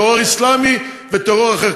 טרור אסלאמי וטרור אחר.